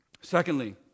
Secondly